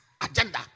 agenda